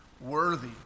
worthy